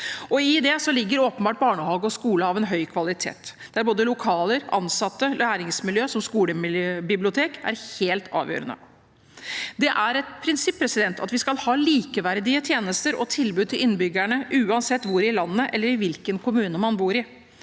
I det ligger åpenbart barnehage og skole av høy kvalitet, der både lokaler, ansatte og læringsmiljø, som skolebibliotek, er helt avgjørende. Det er et prinsipp at vi skal ha likeverdige tjenester og tilbud til innbyggerne uansett hvor i landet eller hvilken kommune man bor i.